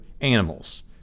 animals